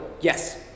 Yes